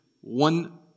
one